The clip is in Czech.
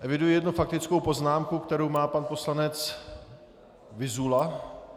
Eviduji jednu faktickou poznámku, kterou má pan poslanec Vyzula.